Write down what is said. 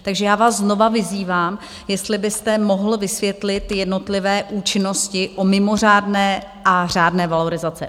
Takže já vás znovu vyzývám, jestli byste mohl vysvětlit jednotlivé účinnosti u mimořádné a řádné valorizace.